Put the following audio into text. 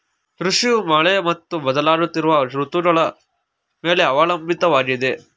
ಕೃಷಿಯು ಮಳೆ ಮತ್ತು ಬದಲಾಗುತ್ತಿರುವ ಋತುಗಳ ಮೇಲೆ ಅವಲಂಬಿತವಾಗಿದೆ